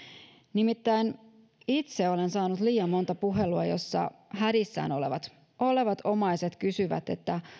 nimittäin itse olen saanut liian monta puhelua jossa hädissään olevat omaiset kysyvät